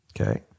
Okay